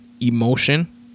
emotion